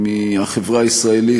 מהחברה הישראלית,